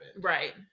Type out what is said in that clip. Right